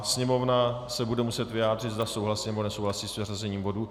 Sněmovna se bude muset vyjádřit, zda souhlasí, nebo nesouhlasí s vyřazením bodu.